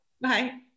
Bye